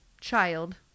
child